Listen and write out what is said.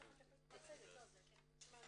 אני רוצה שיהיה דיווח רצוף ולאחר מכן יהיה זמן לשאלות.